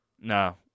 No